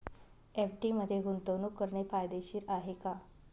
FD मध्ये गुंतवणूक करणे फायदेशीर आहे का?